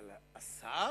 אבל השר?